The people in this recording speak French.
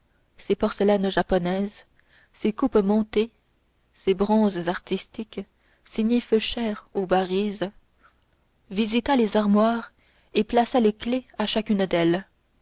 ses porcelaines japonaises ses coupes montées ses bronzes artistiques signés feuchères ou barye visita les armoires et plaça les clefs à chacune d'elles